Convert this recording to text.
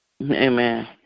Amen